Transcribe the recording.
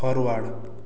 forward